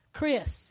Chris